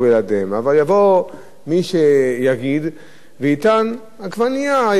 אבל יבוא מי שיגיד ויטען: העגבנייה יקרה,